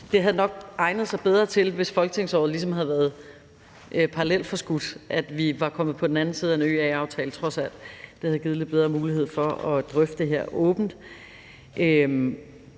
Det havde nok egnet sig bedre, hvis folketingsåret ligesom havde været parallelforskudt, sådan at vi var kommet på den anden side af en ØA-aftale, trods alt. Det havde givet lidt bedre mulighed for at drøfte det her åbent.